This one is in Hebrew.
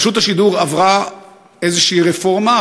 רשות השידור עברה איזו רפורמה,